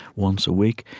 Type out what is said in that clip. once a week.